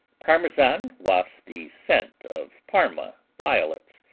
parmesan wafts the scent of parma violets,